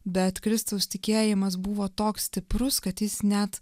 bet kristaus tikėjimas buvo toks stiprus kad jis net